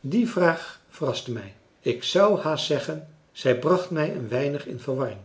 die vraag verraste mij ik zou haast zeggen zij bracht mij een weinig in verwarring